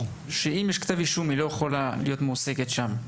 שאם יש כתב אישום היא לא יכולה להיות מועסקת שם,